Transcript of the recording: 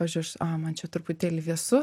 pavyzdžiui aš a man čia truputėlį vėsu